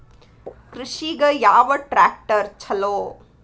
ಕೃಷಿಗ ಯಾವ ಟ್ರ್ಯಾಕ್ಟರ್ ಛಲೋ?